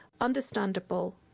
understandable